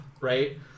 right